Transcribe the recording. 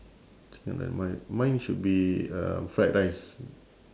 chicken rice mine mine should be um fried rice